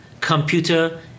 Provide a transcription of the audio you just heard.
computer